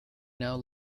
now